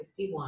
51